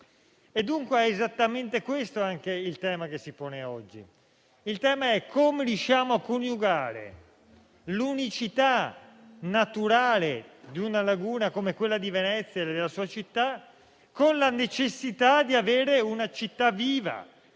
Dunque è esattamente questo il tema che si pone oggi: come riusciamo a coniugare l'unicità naturale di una laguna come quella di Venezia e della sua città, con la necessità di avere una città che